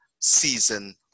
Season